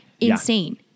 insane